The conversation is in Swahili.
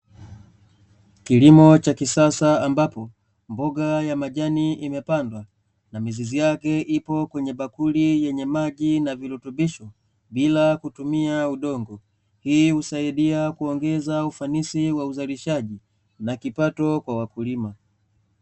Kilimo cha kisasa ambapo mboga ya majani imepandwa na mizizi yake ipokwenye bakuli yenye maji na virutubisho bila ya kutumi udongo, hii husaidia kuongeza ufanisi wa uzalishaji na kipato kwa wakulima.